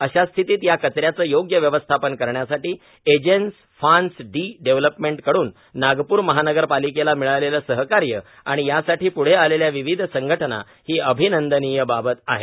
अशा स्थितीत या कच याचे योग्य व्यवस्थापन करण्यासाठी एजेन्स फ्रान्स डी डेव्हलपमेंट कड़न नागपूर महानगरपालिकेला मिळालेले सहकार्य आणि यासाठी पृढे आलेल्या विविध संघटना ही अभिनंदनीय बाबत आहे